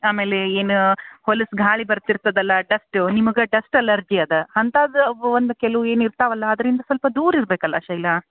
ಆಮೇಲೆ ಏನು ಹೊಲಸು ಗಾಳಿ ಬರ್ತಿರ್ತದಲ್ಲ ಡಸ್ಟು ನಿಮಗೆ ಡಸ್ಟ್ ಅಲರ್ಜಿ ಅದ ಅಂಥಾದ್ದು ಒಂದು ಕೆಲವು ಏನು ಇರ್ತವಲ್ಲ ಅದ್ರಿಂದ ಸ್ವಲ್ಪ ದೂರ ಇರಬೇಕಲ್ಲ ಶೈಲ